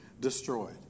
destroyed